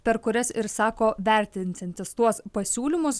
per kurias ir sako vertinsiantis tuos pasiūlymus